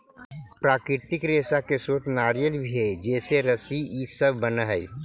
प्राकृतिक रेशा के स्रोत नारियल भी हई जेसे रस्सी इ सब बनऽ हई